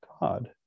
God